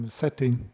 setting